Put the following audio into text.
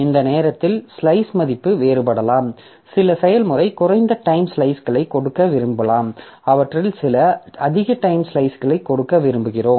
இந்த நேரத்தில் ஸ்லைஸ் மதிப்பு வேறுபடலாம் சில செயல்முறை குறைந்த டைம் ஸ்லைஸைக் கொடுக்க விரும்பலாம் அவற்றில் சில அதிக டைம் ஸ்லைஸ்களை கொடுக்க விரும்புகிறோம்